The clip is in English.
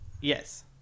Yes